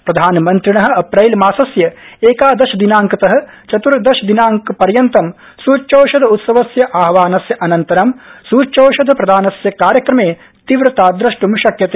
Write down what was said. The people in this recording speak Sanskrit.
प्रधानमन्त्रिण अप्रैलमासस्य एकादश दिनांकत चत्र्दशदिनांक पर्यन्तं सूच्यौषधोत्सवस्य आहवानस्य अनन्तरं सूच्यौषध प्रदानस्य कार्यक्रमे तीव्रता द्रष्ट् शक्यते